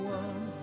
one